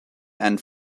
and